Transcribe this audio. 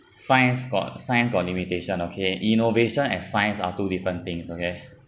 science got science got limitation okay innovation and science are two different things okay